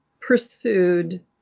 pursued